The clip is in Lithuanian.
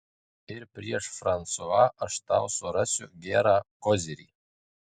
ir prieš fransua aš tau surasiu gerą kozirį